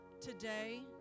today